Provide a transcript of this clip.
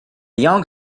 young